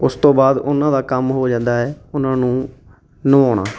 ਉਸ ਤੋਂ ਬਾਅਦ ਉਹਨਾਂ ਦਾ ਕੰਮ ਹੋ ਜਾਂਦਾ ਹੈ ਉਹਨਾਂ ਨੂੰ ਨਵਾਉਣਾ